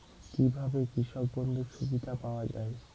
কি ভাবে কৃষক বন্ধুর সুবিধা পাওয়া য়ায়?